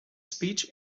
speech